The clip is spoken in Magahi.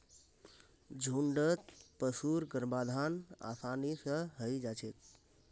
झुण्डत पशुर गर्भाधान आसानी स हई जा छेक